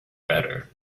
better